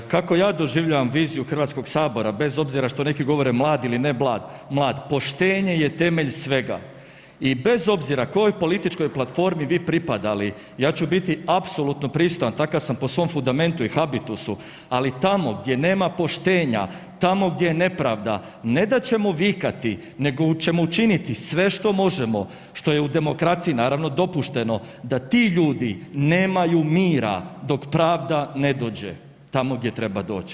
Kako ja doživljavam viziju Hrvatskog sabora bez obzira što neki govore ili ne mlad, poštenje je temelj svega i bez obzira kojoj političkoj platformi vi pripadali, ja ću biti apsolutno pristojan, takav sam po svom fundamentu i habitusu ali tamo gdje nema poštenja, tamo gdje je nepravda, ne da ćemo vikati, nego ćemo učiniti sve što možemo, što je u demokraciji naravno dopušteno, da ti ljudi nemaju mira dok pravda ne dođe tamo gdje treba doć.